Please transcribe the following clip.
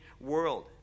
world